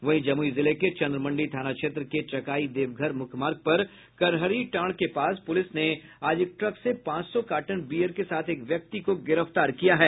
वहीं जमुई जिले के चंद्रमंडी थाना क्षेत्र के चकाई देवघर मुख्य मार्ग पर करहरी टांड के पास पुलिस ने आज एक ट्रक से पांच सौ कार्टन बीयर के साथ एक व्यक्ति को गिरफ्तार किया है